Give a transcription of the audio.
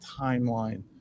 timeline